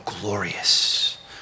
glorious